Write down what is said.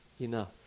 enough